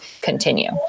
continue